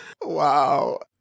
Wow